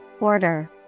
order